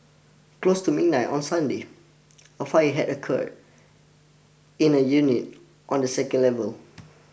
close to midnight on Sunday a fire had occurred in a unit on the second level